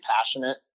passionate